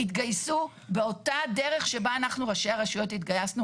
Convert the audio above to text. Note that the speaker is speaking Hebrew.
יתגייסו באותה דרך שבה אנחנו ראשי הרשויות התגייסנו